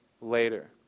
later